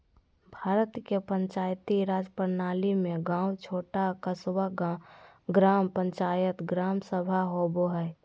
भारत के पंचायती राज प्रणाली में गाँव छोटा क़स्बा, ग्राम पंचायत, ग्राम सभा होवो हइ